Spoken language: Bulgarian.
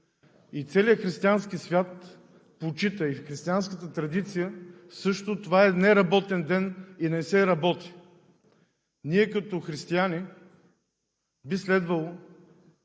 и целият християнски свят я почита. В християнската традиция това също е неработен ден – и не се работи. Ние като християни би следвало